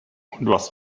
was